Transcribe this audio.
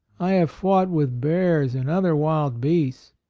i have fought with bears and other wild beasts,